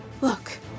Look